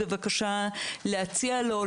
בבקשה להציע לו,